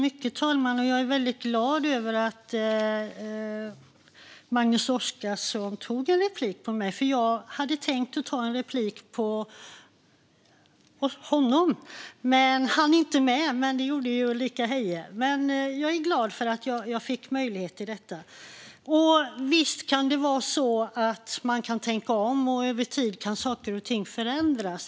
Fru talman! Jag är väldigt glad över att Magnus Oscarsson tog replik på mitt anförande. Jag hade tänkt att ta replik på hans anförande men hann inte med. Det gjorde Ulrika Heie. Men jag är glad för att jag fick möjlighet till detta. Visst kan man tänka om, och över tid kan saker och ting förändras.